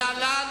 להלן